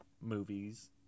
movies